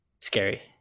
scary